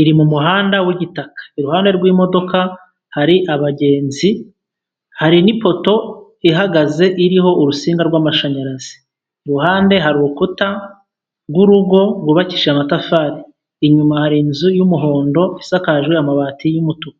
iri mu muhanda w'igitaka, iruhande rw'imodoka hari abagenzi, hari n'ipoto ihagaze iriho urusinga rw'amashanyarazi. Iruhande hari urukuta rw'urugo rwubakishije amatafari, inyuma hari inzu y'umuhondo isakaje amabati y'umutuku.